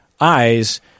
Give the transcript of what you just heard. eyes